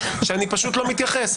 שאני פשוט לא מתייחס.